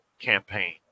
campaign